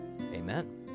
Amen